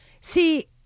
See